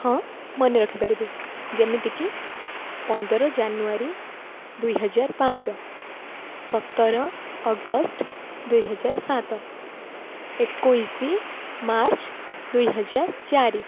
ହଁ ମନେ ରଖିପାରିବି ଯେମିତି କି ପନ୍ଦର ଜାନୁୟାରୀ ଦୁଇହଜାର ପାଞ୍ଚ ସତର ଅଗଷ୍ଟ ଦୁଇହଜାର ସାତ ଏକୋଇଶ ମାର୍ଚ୍ଚ ଦୁଇହଜାର ଚାରି